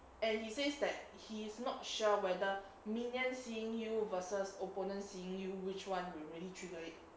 and he says that he's not sure whether minions seeing you versus opponent seeing you which one will really triggered it